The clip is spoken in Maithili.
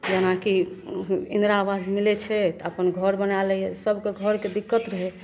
जेनाकि इन्दिरा आवास मिलै छै तऽ अपन घर बनैलैए घरके दिक्कत रहै